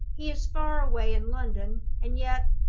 he is far away in london and yet,